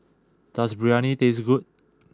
does Biryani taste good